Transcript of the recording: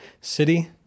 City